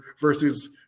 versus